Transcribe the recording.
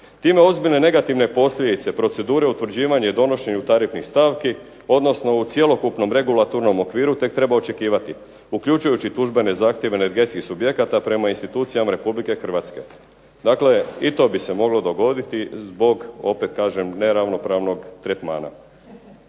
Time ozbiljne negativne posljedice, procedure utvrđivanje i donošenju tarifnih stavki, odnosno u cjelokupnom regulatornom okviru tek treba očekivati, uključujući tužbene zahtjeve energetskih subjekata prema institucijama Republike Hrvatske. Dakle, i to bi se moglo dogoditi zbog, opet kažem neravnopravnog tretmana.